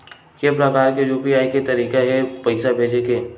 के प्रकार के यू.पी.आई के तरीका हे पईसा भेजे के?